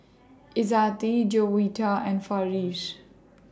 Izzati Juwita and Farish